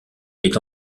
est